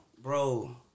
Bro